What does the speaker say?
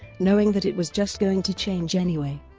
knowing that it was just going to change anyway.